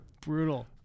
brutal